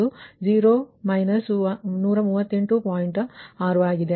6 ಆಗಿದೆ